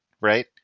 right